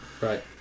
Right